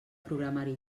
programari